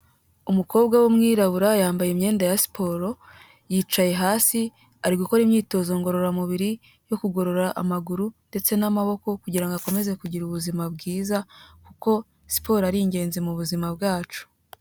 Umukobwa w'umwirabura yambaye imyenda ya siporo, yicaye hasi ari gukora imyitozo ngororamubiri yo kugorora amaguru ndetse n'amaboko kugira ngo akomeze kugira ubuzima bwiza kuko siporo ari ingenzi mu buzima bwacu.